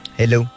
Hello